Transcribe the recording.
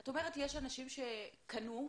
את אומרת שיש אנשים שקנו היתר,